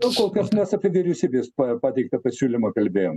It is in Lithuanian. nu kol kas mes apie vyriausybės pa pateiktą pasiūlymą kalbėjom